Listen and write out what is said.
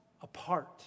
apart